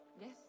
Yes